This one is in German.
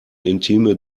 intime